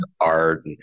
art